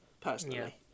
personally